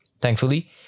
Thankfully